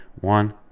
one